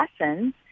lessons